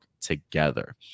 together